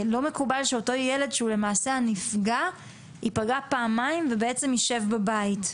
לא מקובל שהילד הנפגע ייפגע פעמים ויישב בבית.